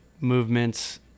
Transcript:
movements